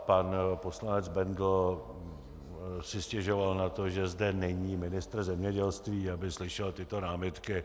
Pan poslanec Bendl si stěžoval na to, že zde není ministr zemědělství, aby slyšel tyto námitky.